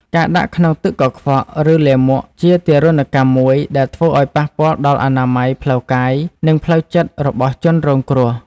ការដាក់ក្នុងទឹកកខ្វក់ ឬលាមកជាទារុណកម្មមួយដែលធ្វើឱ្យប៉ះពាល់ដល់អនាម័យផ្លូវកាយនិងផ្លូវចិត្តរបស់ជនរងគ្រោះ។